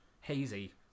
hazy